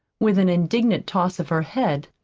with an indignant toss of her head,